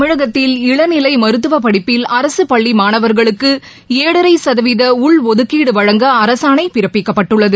தமிழகத்தில் இளநிலைமருத்துவபடிப்பில் அரசுப் பள்ளிமாணவர்களுக்குஏழரைசதவீதஉள் ஒதுக்கீடுவழங்க அரசாணைபிறப்பிக்கப்பட்டுள்ளது